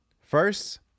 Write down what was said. First